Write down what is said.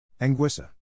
Anguissa